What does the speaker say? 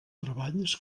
treballs